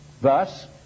thus